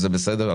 זה בסדר,